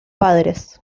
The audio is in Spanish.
padres